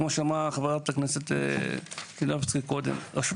כמו שאמרה חה"כ מלינובסקי קודם רשות